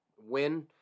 win